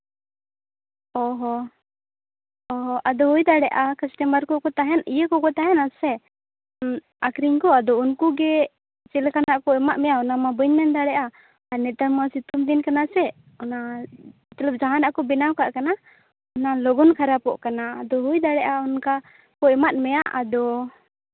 ᱚᱸᱻ ᱦᱚᱸ ᱚᱸᱻ ᱦᱚᱸ ᱟᱫᱚ ᱦᱩᱭ ᱫᱟᱲᱮᱜᱼᱟ ᱠᱟᱥᱴᱚᱢᱟᱨ ᱠᱚᱠᱚ ᱛᱟᱦᱮᱱ ᱤᱭᱟᱹ ᱠᱚᱠᱚ ᱛᱟᱦᱮᱸ ᱱᱟᱥᱮ ᱟᱹᱠᱷᱨᱤᱧ ᱠᱚ ᱟᱫᱚ ᱩᱱᱠᱩ ᱜᱮ ᱪᱮᱫ ᱞᱮᱠᱟᱱᱟᱜ ᱠᱚ ᱮᱢᱟᱜ ᱢᱮᱭᱟ ᱚᱱᱟ ᱢᱟ ᱵᱟᱹᱧ ᱢᱮᱱ ᱫᱟᱲᱮᱭᱟᱜᱼᱟ ᱟᱨ ᱱᱮᱛᱟᱨ ᱢᱟ ᱥᱮᱛᱳᱝ ᱫᱤᱱ ᱠᱟᱱᱟ ᱥᱮ ᱚᱱᱟ ᱢᱚᱛᱞᱚᱵ ᱡᱟᱦᱟᱱᱟᱜ ᱠᱚ ᱵᱮᱱᱟᱣ ᱠᱟᱜ ᱠᱟᱱᱟ ᱚᱱᱟ ᱞᱚᱜᱚᱱ ᱠᱷᱟᱨᱟᱯᱚᱜ ᱠᱟᱱᱟ ᱟᱫᱚ ᱦᱩᱭ ᱫᱟᱲᱮᱭᱟᱜᱼᱟ ᱚᱱᱠᱟ ᱠᱚ ᱮᱢᱟᱜ ᱢᱮᱭᱟ ᱟᱫᱚ